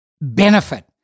benefit